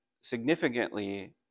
significantly